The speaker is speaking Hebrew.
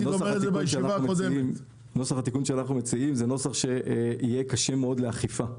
שנוסח התיקון שאנחנו מציעים הוא נוסח שיהיה קשה מאוד לאכיפה,